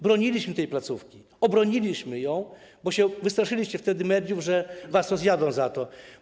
Broniliśmy tej placówki, obroniliśmy ją, bo się wystraszyliście wtedy mediów, że was rozjadą za to.